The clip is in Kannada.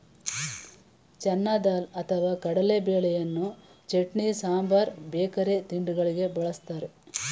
ಚೆನ್ನ ದಾಲ್ ಅಥವಾ ಕಡಲೆಬೇಳೆಯನ್ನು ಚಟ್ನಿ, ಸಾಂಬಾರ್ ಬೇಕರಿ ತಿಂಡಿಗಳಿಗೆ ಬಳ್ಸತ್ತರೆ